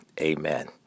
amen